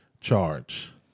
charge